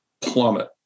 plummet